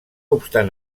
obstant